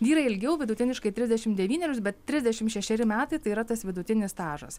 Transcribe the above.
vyrai ilgiau vidutiniškai trisdešimt devynerius trisdešimt šešeri metai tai yra tas vidutinis stažas